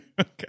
Okay